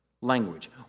language